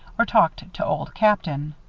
or talked to old captain.